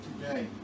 today